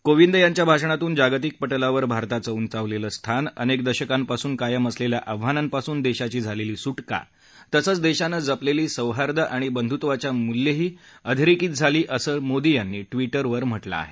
कोविंद यांच्या भाषणातून जागतिक पटलावर भारताचं उंचावलेलं स्थान अनेक दशकांपासून कायम असलेल्या आव्हानांपासून देशाची झालेली सुटका तसंच देशानं जपलेली सौहार्द आणि बंधुत्वाची मूल्यंही अधोरेखित केली असं मोदी यांनी ट्विटरवर म्हटलं आहे